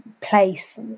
place